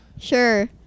Sure